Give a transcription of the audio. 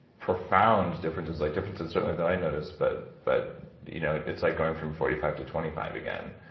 profound differences, like differences certainly that i noticed, but but you know it's like going from forty five to twenty five again.